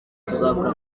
tuzakora